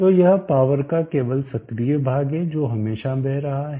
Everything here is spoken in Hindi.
तो यह पावर का केवल सक्रिय भाग है जो हमेशा बह रहा है